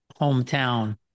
hometown